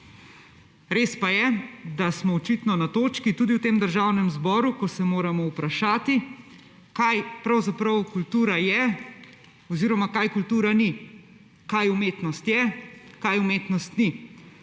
Res pa je, da smo očitno na točki tudi v tem državnem zboru, ko se moramo vprašati, kaj pravzaprav kultura je oziroma kaj kultura ni, kaj umetnost je, kaj umetnost ni.